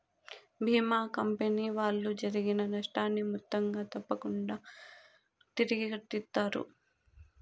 భీమా company వాళ్ళు జరిగిన నష్టాన్ని మొత్తంగా తప్పకుంగా తిరిగి కట్టిత్తారు